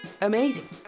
amazing